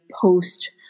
post